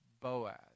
Boaz